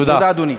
תודה, אדוני.